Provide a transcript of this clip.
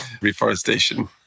reforestation